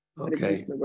Okay